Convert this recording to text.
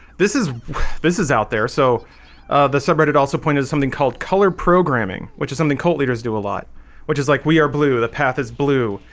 this is this is out there so the subreddit also pointed something called color programming which is something cult leaders do a lot which is like we are blue the path is blue.